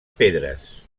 pedres